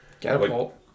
catapult